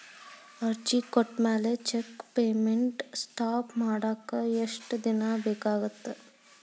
ಅರ್ಜಿ ಕೊಟ್ಮ್ಯಾಲೆ cheque payment stop ಮಾಡಾಕ ಎಷ್ಟ ದಿನಾ ಬೇಕಾಗತ್ತಾ